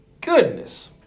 goodness